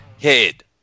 head